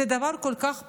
זה דבר כל כך פשוט,